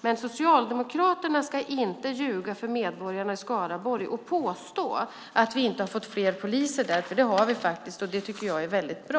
Men Socialdemokraterna ska inte ljuga för medborgarna i Skaraborg och påstå att vi inte har fått fler poliser där, för det har vi faktiskt, och det tycker jag är väldigt bra.